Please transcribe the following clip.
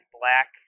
black